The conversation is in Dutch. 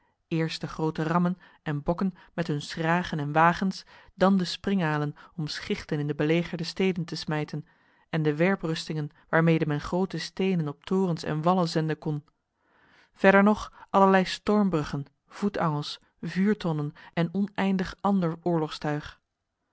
de grote rammen en bokken met hun schragen en wagens dan de springalen om schichten in de belegerde steden te smijten en de werprustingen waarmede men grote stenen op torens en wallen zenden kon verder nog allerlei stormbruggen voetangels vuurtonnen en oneindig ander